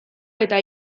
eta